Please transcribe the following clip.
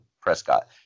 Prescott